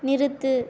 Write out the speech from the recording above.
நிறுத்து